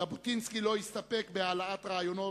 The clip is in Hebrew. ז'בוטינסקי לא הסתפק בהעלאת רעיונות,